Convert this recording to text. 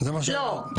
לא,